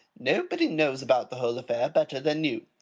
nobody knows about the whole affair better than you.